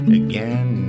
again